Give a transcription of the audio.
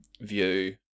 view